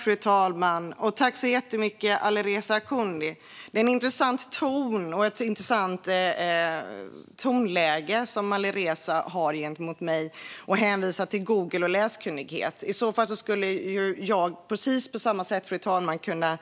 Fru talman! Det är ett intressant tonläge som Alireza har gentemot mig. Han hänvisar till Google och läskunnighet. I så fall skulle jag precis på samma sätt kunna